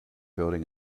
building